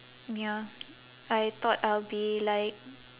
ya I thought I'll be like